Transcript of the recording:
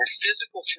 physical